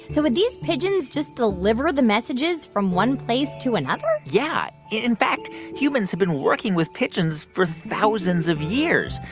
so would these pigeons just deliver the messages from one place to another? yeah. in fact, humans have been working with pigeons for thousands of years,